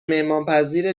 مهمانپذیر